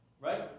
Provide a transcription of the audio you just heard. right